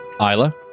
Isla